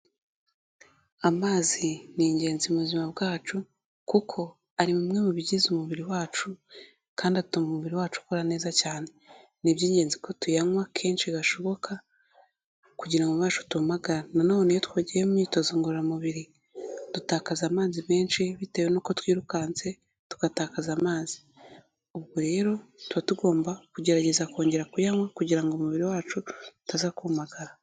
Amazi ni ingenzi mu buzima bwacu, kuko ari bimwe mu bigize umubiri wacu, kandi atuma umubiri wacu ukora neza cyane. Ni iby'ingenzi ko tuyanywa kenshi gashoboka, kugira ngo umubiri wacu utuhamagara. na none iyo twagiye mu imyitozo ngororamubiri dutakaza amazi menshi bitewe n'uko twirukanse tugatakaza amazi, ubwo rero tuba tugomba kugerageza kongera kuyankwa, kugira ngo umubiri wacu utaza kumagara.